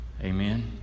Amen